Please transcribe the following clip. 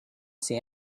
see